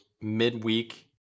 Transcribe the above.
midweek